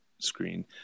screen